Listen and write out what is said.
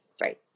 right